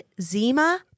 Zima